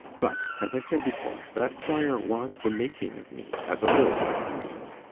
but, as i said before, that fire was the making of me as a builder, i mean.